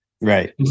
right